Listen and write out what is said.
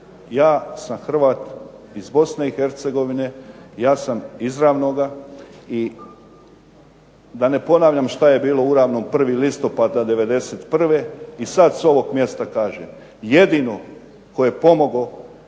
Ja sam Hrvat iz Bosne i Hercegovine, ja sam iz Ravnoga i da ne ponavljam šta je bilo u Ravnom 1. listopada '91. i sad s ovog mjesta kažem jedino tko je pomogao ljudima